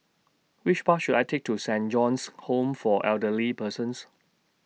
Which Bus should I Take to Saint John's Home For Elderly Persons